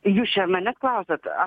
jūs čia manęs klausiat aš